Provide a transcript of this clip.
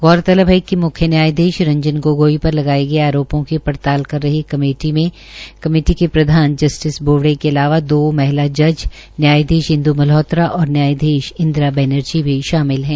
गौरतलब है िक मुख्य न्यायधीश रंजन गोगोई पर लगाये गये आरोपों की पड़ताल कर रही कमेटी मे कमेटी के प्रधानमंत्री जस्टिस बोबडे के अलावा दो महिला जज न्यायधीश इंद् मलहोत्रा और न्यायधीश इंद्रा बैनेर्जी भी शामिल है